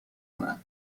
کنن